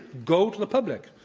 go to the public.